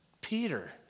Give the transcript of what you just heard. Peter